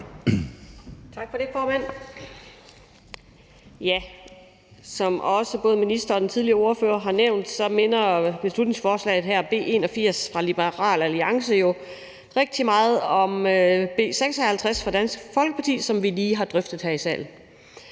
Tak for det, formand. Som også både ministeren og den tidligere ordførere har nævnt, minder beslutningsforslaget her, B 81, fra Liberal Alliance jo rigtig meget om B 56 fra Dansk Folkeparti, som vi lige har drøftet her i salen.